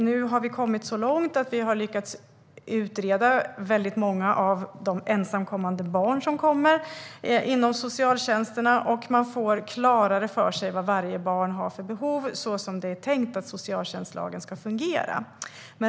Nu har vi kommit så långt att vi har lyckats utreda många av de ensamkommande barnen inom socialtjänsterna, och man får klarare för sig vad varje barn har för behov, såsom det är tänkt att socialtjänstlagen ska fungera.